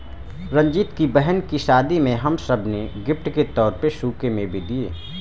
रंजीत की बहन की शादी में हम सब ने गिफ्ट के तौर पर सूखे मेवे दिए